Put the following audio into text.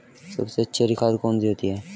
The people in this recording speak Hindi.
सबसे अच्छी हरी खाद कौन सी होती है?